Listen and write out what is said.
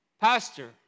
Pastor